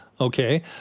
Okay